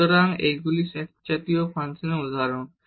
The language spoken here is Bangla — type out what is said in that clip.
সুতরাং এগুলি একজাতীয় ফাংশনের উদাহরণ